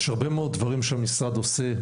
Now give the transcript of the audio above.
יש הרבה מאוד דברים שהמשרד עושה,